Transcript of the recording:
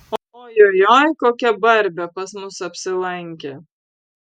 ojojoi kokia barbė pas mus apsilankė